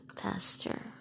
pastor